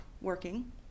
working